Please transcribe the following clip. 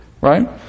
right